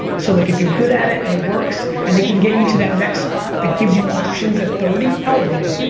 so like if you're good at it and it works and it can get you to that next spot that gives you options at thirty. how old are you?